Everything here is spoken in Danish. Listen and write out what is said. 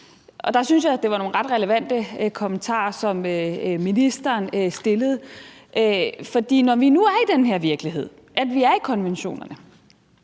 Der synes jeg, at det var nogle ret relevante kommentarer, som ministeren kom med. For når vi nu er i den her virkelighed, hvor vi har tiltrådt konventionerne,